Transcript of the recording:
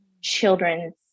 children's